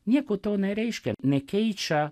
nieko tai nereiškia nekeičia